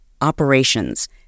operations